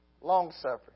long-suffering